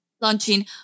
launching